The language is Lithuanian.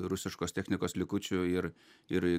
rusiškos technikos likučių ir ir